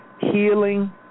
healing